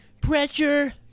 Pressure